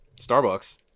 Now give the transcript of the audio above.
Starbucks